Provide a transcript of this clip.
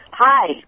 Hi